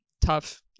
tough